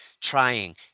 trying